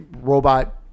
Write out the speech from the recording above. robot